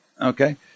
okay